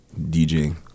DJing